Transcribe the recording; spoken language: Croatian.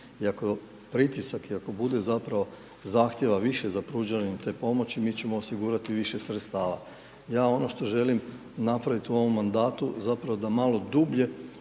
ako pritisak i ako bude zapravo zahtjeva više za pružanjem te pomoći mi ćemo osigurati više sredstava. Ja ono što želim napravit u ovom mandatu, zapravo da malo dublje